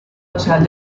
social